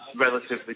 relatively